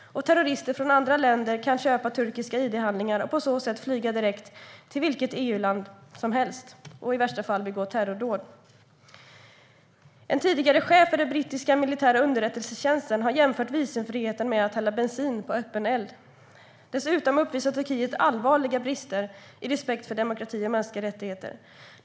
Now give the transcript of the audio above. Terrorister från andra länder kan köpa turkiska id-handlingar och därefter flyga direkt till vilket EUland som helst och i värsta fall begå terrordåd. En tidigare chef för den brittiska militära underrättelsetjänsten har jämfört visumfriheten med att hälla bensin på öppen eld. Turkiet uppvisar dessutom allvarliga brister i respekten för demokrati och mänskliga rättigheter.